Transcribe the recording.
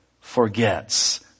forgets